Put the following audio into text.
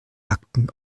akten